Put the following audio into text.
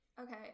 Okay